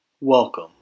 Welcome